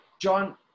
John